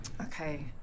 Okay